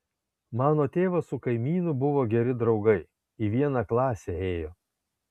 mano tėvas su kaimynu buvo geri draugai į vieną klasę ėjo